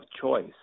choice